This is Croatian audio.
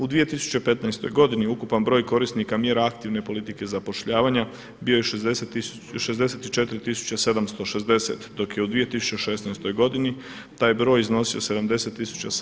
U 2015. godini ukupan broj korisnika mjera aktivne politike zapošljavanja bio je 64 tisuće 760 dok je u 2016. godini taj broj iznosio 70 tisuća 728.